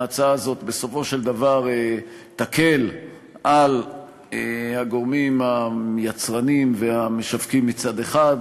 ההצעה הזאת בסופו של דבר תקל על הגורמים היצרנים והמשווקים מצד אחד